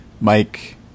Mike